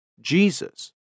Jesus